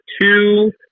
two